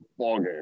ballgame